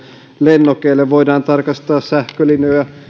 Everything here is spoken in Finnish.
lennokeille on voidaan tarkastaa sähkölinjoja